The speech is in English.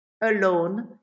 alone